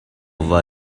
were